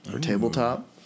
tabletop